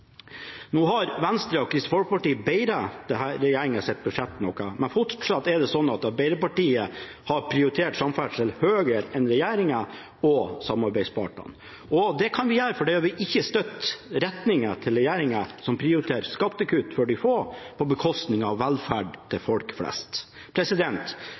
Nå har Venstre og Kristelig Folkeparti bedret denne regjeringens budsjett noe, men fortsatt er det slik at Arbeiderpartiet har prioritert samferdsel høyere enn regjeringen og samarbeidspartene. Det kan vi gjøre fordi vi ikke støtter retningen til regjeringen, som prioriterer skattekutt for de få på bekostning av velferd